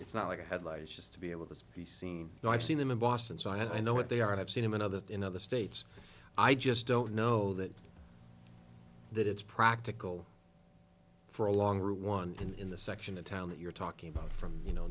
it's not like the headlights just to be able to be seen and i've seen them in boston so i know what they are and i've seen him in other in other states i just don't know that that it's practical for a long route one in the section of town that you're talking about from you know